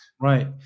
Right